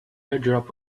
airdrop